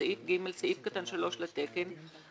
הנציגה של לשכת רואי החשבון,